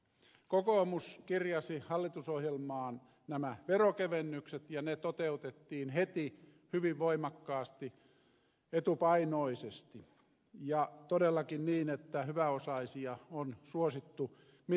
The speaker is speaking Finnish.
kokoomus kirjasi hallitusohjelmaan nämä veronkevennykset ja ne toteutettiin heti hyvin voimakkaasti etupainoisesti ja todellakin niin että hyväosaisia on suosittu mittavasti